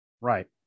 Right